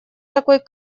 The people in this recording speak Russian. такой